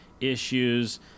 issues